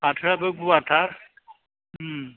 फाथोआबो गुवार थार